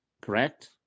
correct